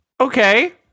Okay